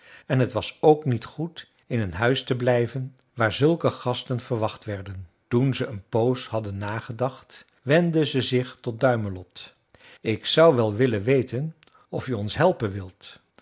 en t was ook niet goed in een huis te blijven waar zulke gasten verwacht werden toen ze een poos had nagedacht wendde ze zich tot duimelot ik zou wel willen weten of je ons helpen wilt